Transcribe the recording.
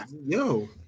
yo